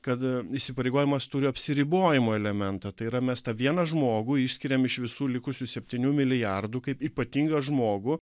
kad įsipareigojimas turi apsiribojimo elementą tai yra mes tą vieną žmogų išskiriam iš visų likusių septynių milijardų kaip ypatingą žmogų